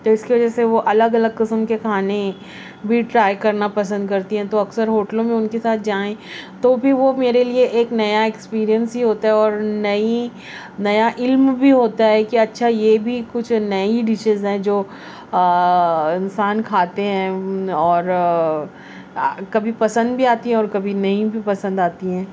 تو اس کی وجہ سے وہ الگ الگ قسم کے کھانے بھی ٹرائی کرنا پسند کرتی ہیں تو اکثر ہوٹلوں میں ان کے ساتھ جائیں تو پھر وہ میرے لیے ایک نیا ایکسپیرئنس ہی ہوتا ہے اور نئی نیا علم بھی ہوتا ہے کہ اچھا یہ بھی کچھ نئی ڈشیز ہیں جو انسان کھاتے ہیں اور کبھی پسند بھی آتی ہے اور کبھی نہیں بھی پسند آتی ہیں